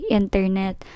internet